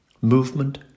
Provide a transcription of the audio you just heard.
Movement